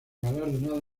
galardonada